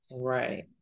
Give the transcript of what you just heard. Right